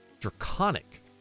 draconic